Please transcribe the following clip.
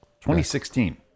2016